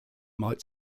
might